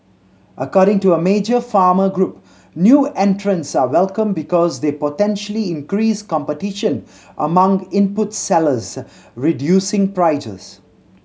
according to a major farmer group new entrants are welcome because they potentially increase competition among input sellers reducing prices